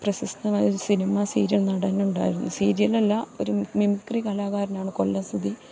പ്രശസ്തമായ ഒരു cinema serial നടനുണ്ടായിരുന്നു സീരിയലല്ല ഒരു മിമിക്രി കലാകാരനാണ് കൊല്ലം സുധി